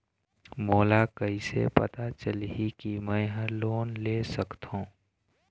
मोला कइसे पता चलही कि मैं ह लोन ले सकथों?